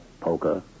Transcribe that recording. Poker